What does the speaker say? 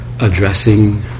addressing